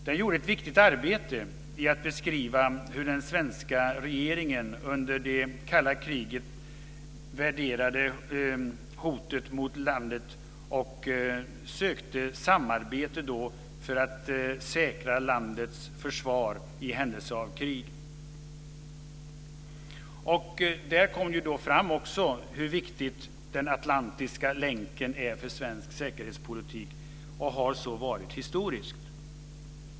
Den gjorde ett viktigt arbete med att beskriva hur den svenska regeringen under det kalla kriget värderade hotet mot landet och sökte samarbete för att säkra landets försvar i händelse av krig. Där kom också fram hur viktig den atlantiska länken är för svensk säkerhetspolitik och att den även varit det historiskt.